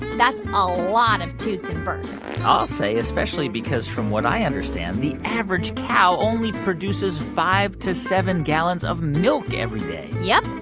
that's a lot of toots and burps i'll say, especially because from what i understand, the average cow only produces five to seven gallons of milk every day yup.